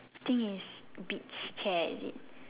thing is beach chair is it